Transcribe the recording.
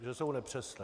Že jsou nepřesné.